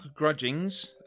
Grudgings